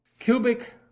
cubic